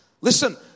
Listen